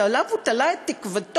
שבו הוא תלה את תקוותו,